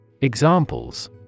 Examples